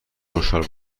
خوشحال